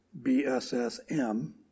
BSSM